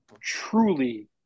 truly